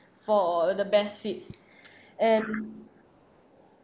for the best seats and